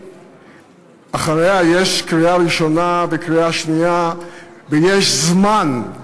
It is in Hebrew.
אחריה יש קריאה ראשונה וקריאה שנייה, ויש זמן.